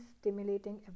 stimulating